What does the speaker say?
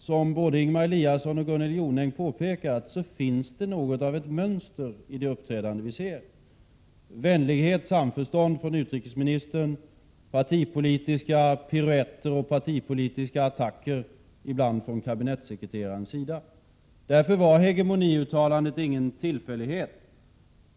Som både Ingemar Eliasson och Gunnel Jonäng har påpekat finns det något av ett mönster i det uppträdande som vi ser: vänlighet och samförstånd från utrikesministern och partipolitiska piruetter och attacker från kabinettssekreteraren ibland. Därför var hegemoniuttalandet ingen tillfällighet.